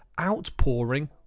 outpouring